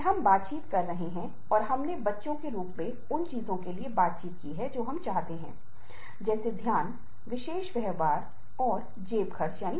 इसलिए एक दूसरे डोमेन के गतिविधियों में हस्तक्षेप नहीं करेगा और वे अलग हैं